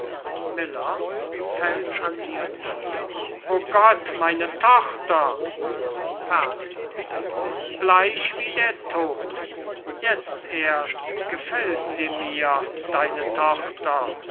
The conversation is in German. nieder o gott meine tochter ferdinand bleich wie der tod jetzt erst gefällt sie mir deine tochter